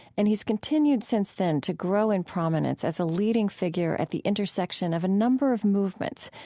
and he has continued since then to grow in prominence as a leading figure at the intersection of a number of movements,